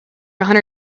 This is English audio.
hundred